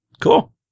Cool